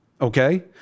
okay